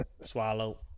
swallow